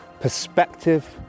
perspective